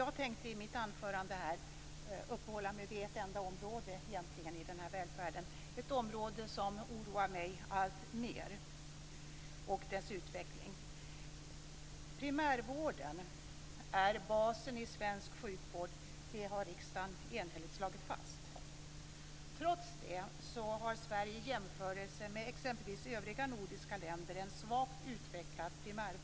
Jag tänkte i mitt anförande uppehålla mig vid ett enda område i välfärden: primärvården. Primärvården och dess utveckling oroar mig alltmer. Primärvården är basen i svensk sjukvård. Det har riksdagen enhälligt slagit fast. Trots det har Sverige i jämförelse med exempelvis övriga nordiska länder en svagt utvecklad primärvård.